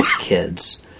kids